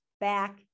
back